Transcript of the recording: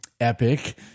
epic